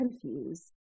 confused